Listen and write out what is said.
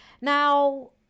now